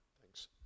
Thanks